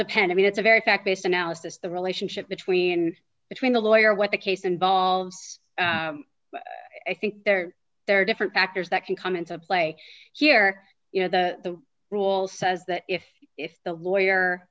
depend i mean it's a very fact based analysis the relationship between between the lawyer what the case involves i think there there are different factors that can come into play here you know the rules says that if if the lawyer